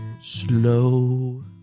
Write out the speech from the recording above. slow